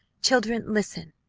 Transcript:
children, listen!